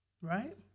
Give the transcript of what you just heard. Right